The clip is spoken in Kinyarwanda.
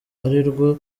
arirwo